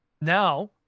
Now